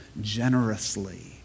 generously